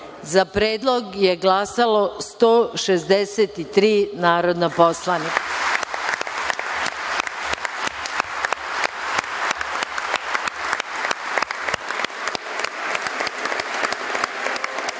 za Predlog je glasalo 163 narodna poslanika.